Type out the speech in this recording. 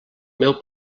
meu